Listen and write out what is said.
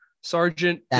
Sergeant